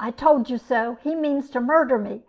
i told you so! he means to murder me.